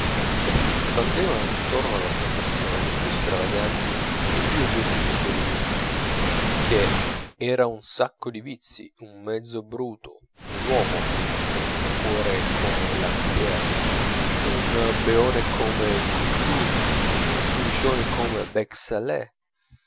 e si spandevano intorno alla sua persona le più stravaganti e più odiose dicerie che era un sacco di vizi un mezzo bruto un uomo senza cuore come lantier un beone come coupeau un sudicione come bec salé